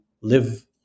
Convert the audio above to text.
live